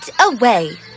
away